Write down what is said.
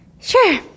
Sure